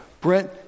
Brent